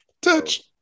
Touch